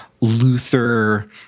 Luther